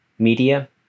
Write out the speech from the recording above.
Media